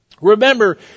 Remember